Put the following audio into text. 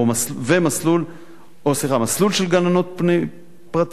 מסלול של גננות פרטיות,